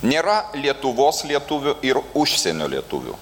nėra lietuvos lietuvių ir užsienio lietuvių